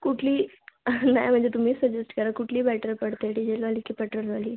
कुठली नाही म्हणजे तुम्ही सजेस्ट करा कुठली बैटर पडते डिझेल गाडी की पेट्रोल गाडी